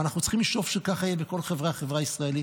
ואנחנו צריכים לשאוף שככה יהיה בכל החברה הישראלית.